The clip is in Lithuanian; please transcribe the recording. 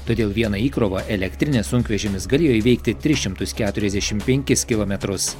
todėl viena įkrova elektrinis sunkvežimis galėjo įveikti tris šimtus keturiasdešim penkis kilometrus